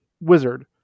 wizard